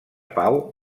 pau